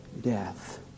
death